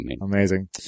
Amazing